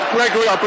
Gregory